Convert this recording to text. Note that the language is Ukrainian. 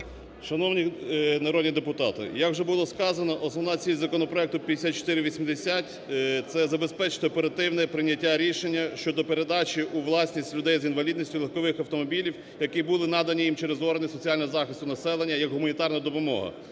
Шановні народні депутати, як вже було сказано, основна ціль законопроекту 5480 – це забезпечити оперативне прийняття рішення щодо передачі у власність людей з інвалідністю легкових автомобілів, які були надані їм через органи соціального захисту населення як гуманітарна допомога,